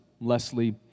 Leslie